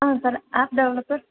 ah sir app developer